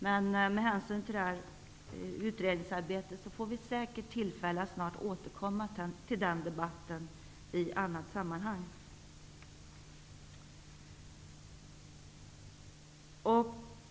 Men med hänsyn till utredningsarbetet får vi säkert tillfälle att återkomma till den debatten i annat sammanhang.